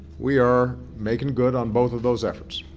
we are making good on both of those efforts.